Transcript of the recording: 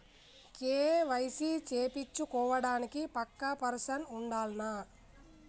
KYC చేపిచ్చుకోవడానికి పక్కా person ఉండాల్నా?